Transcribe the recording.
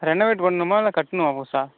renovate பண்ணனுமா இல்லை கட்டணுமா புதுசாக